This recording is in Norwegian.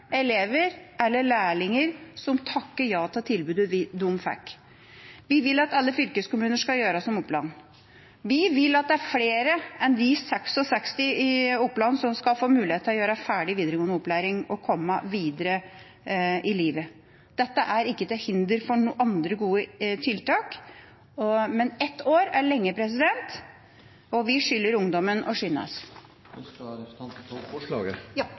elever eller lærlinger som takket ja til tilbudet de fikk. Vi vil at alle fylkeskommuner skal gjøre som Oppland. Vi vil at det er flere enn de 66 i Oppland som skal få mulighet til å gjøre ferdig videregående opplæring og komme videre i livet. Dette er ikke til hinder for andre gode tiltak, men ett år er lenge, og vi skylder ungdommene å skynde oss. Med dette tar jeg opp Senterpartiets forslag. Representanten Anne Tingelstad Wøien har tatt opp det forslaget